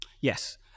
Yes